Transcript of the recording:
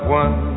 one